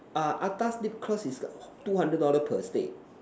uh atas lip gloss is two hundred dollar per stick